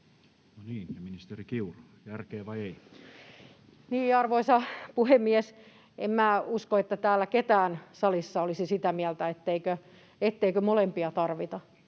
ministeri Kiuru: järkeä vai ei? Arvoisa puhemies! En minä usko, että täällä salissa kukaan olisi sitä mieltä, etteikö molempia tarvita.